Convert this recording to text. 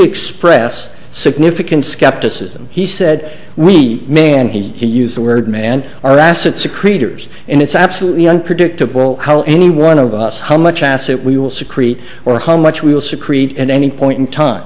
expressed significant skepticism he said we men he used the word man are assets to creators and it's absolutely unpredictable how any one of us how much asset we will secrete or how much we will see create at any point in time